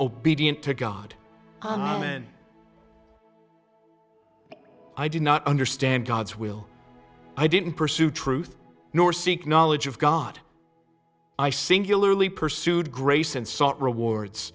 obedient to god then i do not understand god's will i didn't pursue truth nor seek knowledge of god i singularly pursued grace and sought rewards